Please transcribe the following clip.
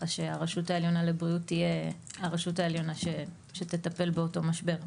שהרשות העליונה לבריאות תהיה הרשות העליונה שתטפל באותו משבר.